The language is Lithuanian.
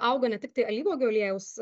auga ne tik tai alyvuogių aliejaus